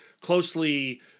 closely